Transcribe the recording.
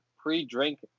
pre-drink